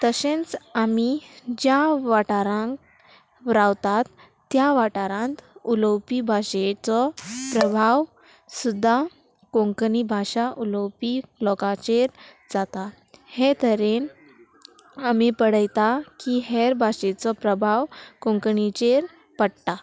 तशेंच आमी ज्या वाठारांक रावतात त्या वाठारांत उलोवपी भाशेचो प्रभाव सुद्दां कोंकणी भाशा उलोवपी लोकांचेर जाता हे तरेन आमी पडयता की हेर भाशेचो प्रभाव कोंकणीचेर पडटा